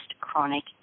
chronic